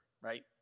Right